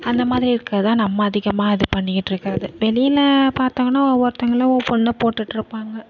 அந்தமாதிரி இருக்கிறது தான் நம்ம அதிகமாக இது பண்ணிக்கிட்டு இருக்கிறது வெளியில பார்த்தாங்கன்னா ஒவ்வொருத்தங்களும் ஒவ்வொன்ன போட்டுட்டிருப்பாங்க